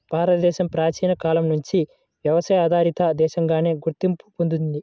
భారతదేశం ప్రాచీన కాలం నుంచి వ్యవసాయ ఆధారిత దేశంగానే గుర్తింపు పొందింది